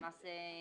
למעשה,